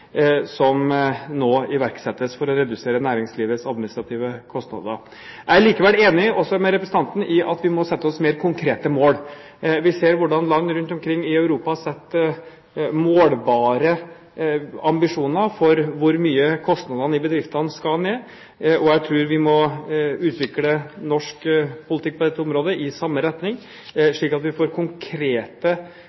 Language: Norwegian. som nå iverksettes for å redusere næringslivets administrative kostnader. Jeg er likevel enig med representanten i at vi må sette oss mer konkrete mål. Vi ser hvordan land rundt omkring i Europa setter målbare ambisjoner for hvor mye kostnadene i bedriftene skal ned. Jeg tror vi må utvikle norsk politikk på dette området i samme retning,